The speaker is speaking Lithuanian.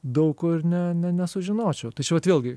daug ko ir ne ne nesužinočiau tai čia vat vėlgi